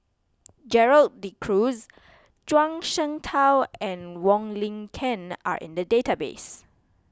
Gerald De Cruz Zhuang Shengtao and Wong Lin Ken are in the database